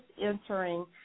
entering